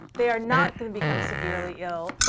they are not going to become severely ill.